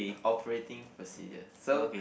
operating procedure so